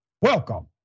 welcome